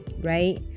right